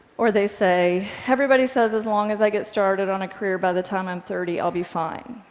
or they say, everybody says as long as i get started on a career by the time i'm thirty, i'll be fine.